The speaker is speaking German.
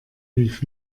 rief